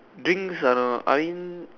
drinks ah no I mean